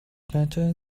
better